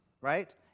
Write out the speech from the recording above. right